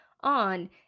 on